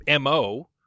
MO